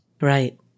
Right